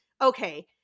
Okay